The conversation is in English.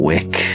Wick